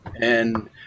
And-